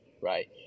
right